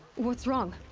what's wrong?